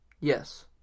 yes